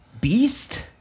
beast